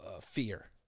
fear